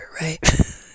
right